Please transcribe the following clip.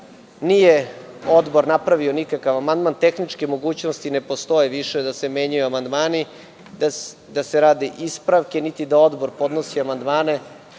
Nije odbor napravio nikakav amandman. Tehničke mogućnosti ne postoje više da se menjaju amandmani, da se rade ispravka niti da odbor podnosi amandmane,